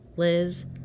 Liz